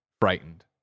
frightened